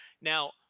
now